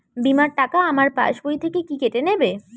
বিমার টাকা আমার পাশ বই থেকে কি কেটে নেবে?